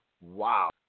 wow